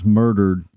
murdered